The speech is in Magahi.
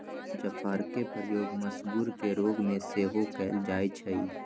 जाफरके प्रयोग मसगुर के रोग में सेहो कयल जाइ छइ